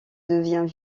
devient